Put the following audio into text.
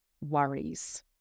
worries